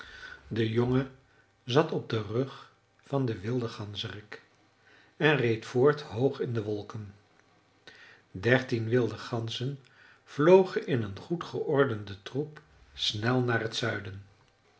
de jongen zat op den rug van den wilden ganzerik en reed voort hoog in de wolken dertien wilde ganzen vlogen in een goed geordenden troep snel naar t zuiden